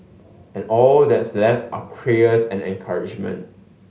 and all that's left are prayers and encouragement